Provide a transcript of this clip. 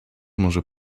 może